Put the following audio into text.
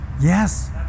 Yes